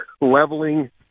leveling